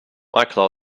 michael